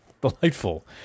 Delightful